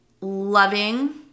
loving